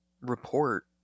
report